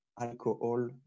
alcohol